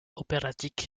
operatic